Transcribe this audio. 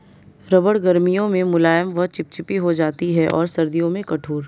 रबड़ गर्मियों में मुलायम व चिपचिपी हो जाती है और सर्दियों में कठोर